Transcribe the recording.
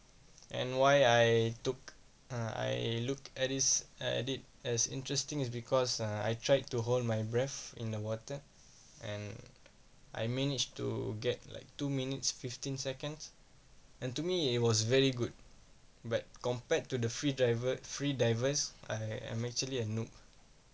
and why I took uh I looked at is at it as interesting is because I tried to hold my breath in the water and I managed to get like two minutes fifteen seconds and to me it was very good but compared to the free driver free divers I I'm actually a noob